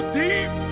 deep